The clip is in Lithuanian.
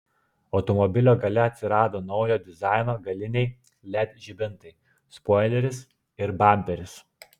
automobilio gale atsirado naujo dizaino galiniai led žibintai spoileris ir bamperis